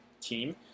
team